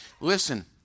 Listen